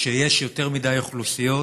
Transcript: שיש יותר מדי אוכלוסיות